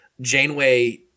Janeway